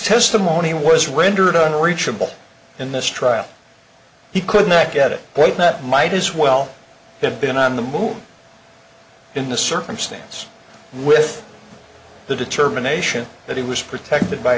testimony was rendered on reachable in this trial he could not get it boy that might as well have been on the move in the circumstance with the determination that he was protected by